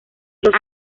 los